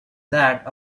that